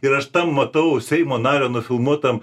ir aš matau seimo nario nufilmuotam